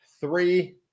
three